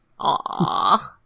Aww